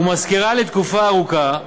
ומשכירה לתקופה ארוכה,